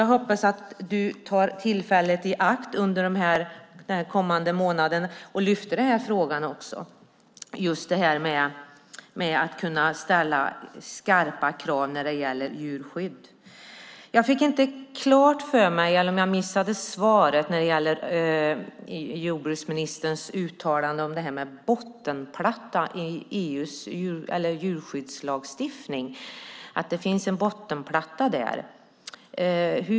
Jag hoppas att du tar tillfället i akt under den kommande månaden att lyfta fram frågan om att kunna ställa skarpa krav när det gäller djurskydd. Jag fick inte klart för mig eller missade kanske svaret när det gällde jordbruksministerns uttalande om att det finns en bottenplatta i EU:s djurskyddslagstiftning.